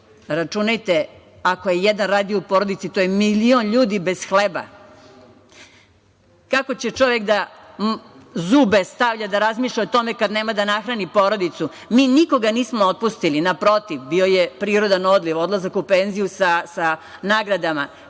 Računajte ako je jedan radio u porodici to je milion ljudi bez hleba. Kako će čovek zube da stavlja, da razmišlja o tome kada nema da nahrani porodicu. Mi nikoga nismo otpustili. Naprotiv bio je prirodan odliv, odlazak u penziju sa nagradama. Takođe,